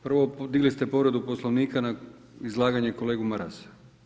Prvo digli ste povredu Poslovnika na izlaganje kolege Marasa.